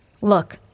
Look